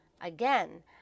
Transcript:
Again